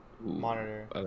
monitor